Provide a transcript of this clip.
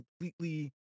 completely